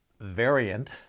variant